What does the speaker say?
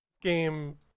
Game